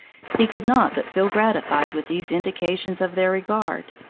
he could not but feel gratified with these indications of their regard.